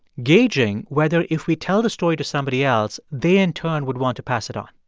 gauging whether if we tell the story to somebody else, they, in turn, would want to pass it on